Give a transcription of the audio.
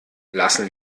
lassen